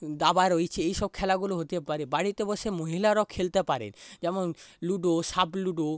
দাবা রয়েছে এইসব খেলাগুলো হতে পারে বাড়িতে বসে মহিলারাও খেলতে পারেন যেমন লুডো সাপ লুডো